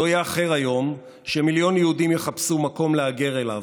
לא יאחר היום שמיליון יהודים יחפשו מקום להגר אליו.